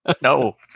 No